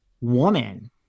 woman